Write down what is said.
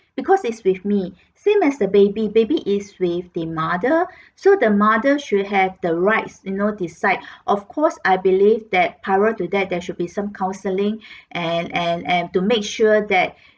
because it's with me same as the baby baby is with the mother so the mother should have the right you know decide of course I believe that prior to that there should be some counselling and and and to make sure that